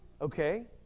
okay